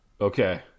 Okay